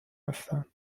هستند